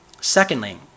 Secondly